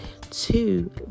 Two